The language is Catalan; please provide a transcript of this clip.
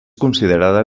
considerada